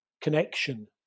connection